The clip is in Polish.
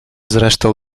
zresztą